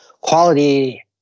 quality